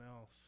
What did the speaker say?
else